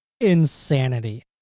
insanity